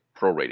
prorated